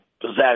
possession